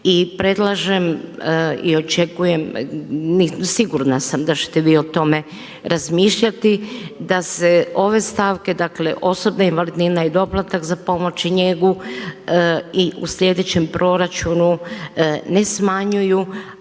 i predlažem i očekujem, sigurna sam da ćete vi o tome razmišljati, da se ove stavke, dakle osobna invalidnina i doplatak za pomoć i njegu i u sljedećem proračunu ne smanjuju,